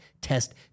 test